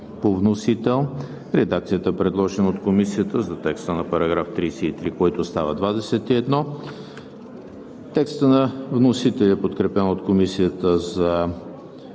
по вносител, редакцията, предложена от Комисията за текста на § 33, който става 21; текста на вносителя, подкрепен от Комисията за